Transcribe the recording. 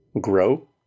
grow